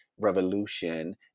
revolution